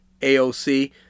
AOC